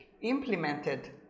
implemented